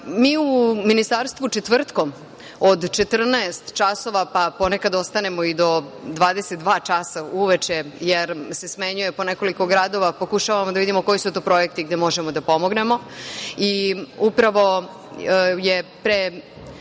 u Ministarstvu četvrtkom od 14.00 časova, pa ponekad ostanemo i do 22.00 časa uveče jer se smenjuje po nekoliko gradova, pokušavamo da vidimo koji su to projekti gde možemo da pomognemo i upravo je pre